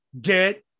get